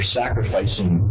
sacrificing